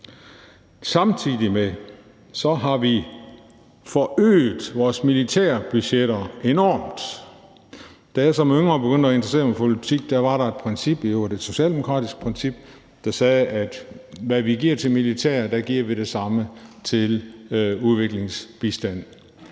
Samtidig med det har vi forøget vores militærbudgetter enormt. Da jeg som yngre begyndte at interessere mig for politik, var der et princip, i øvrigt et socialdemokratisk princip, der sagde, at hvad vi giver til militæret, giver vi også til udviklingsbistand,